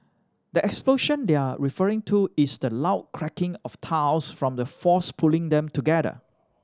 the explosion they're referring to is the loud cracking of tiles from the force pulling them together